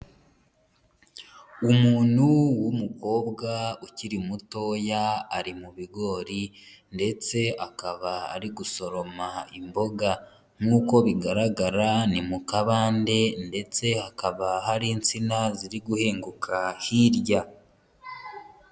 Umuntu w'umukobwa ukiri mutoya ari mu bigori ndetse akaba ari gusoroma imboga, nkuko bigaragara ni mu kabande ndetse hakaba hari insina ziri guhinguka hirya.